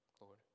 Lord